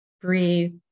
breathe